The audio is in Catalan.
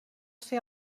ser